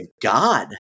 god